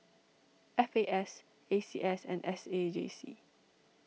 F A S A C S and S A J C